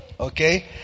Okay